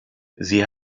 sie